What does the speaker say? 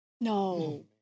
No